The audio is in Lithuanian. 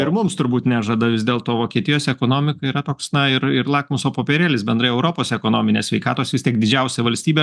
ir mums turbūt nežada vis dėlto vokietijos ekonomika yra toks na ir ir lakmuso popierėlis bendrai europos ekonominės sveikatos vis tik didžiausia valstybės